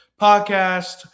podcast